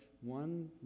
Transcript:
one